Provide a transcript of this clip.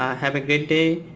ah have a great day!